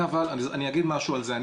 אני אגיד משהו על זה,